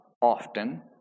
often